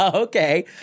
Okay